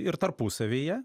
ir tarpusavyje